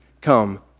come